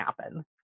happen